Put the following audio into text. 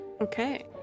Okay